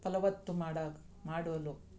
ಫಲವತ್ತು ಮಾಡ ಮಾಡಲು